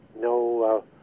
no